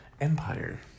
Empire